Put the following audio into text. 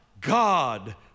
God